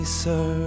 sir